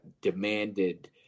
demanded